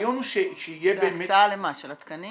להקצאה של התקנים?